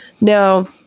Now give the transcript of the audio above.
Now